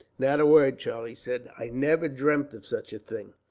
not a word, charlie said. i never dreamt of such a thing.